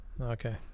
Okay